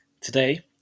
today